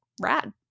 rad